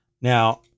Now